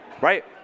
right